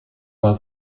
war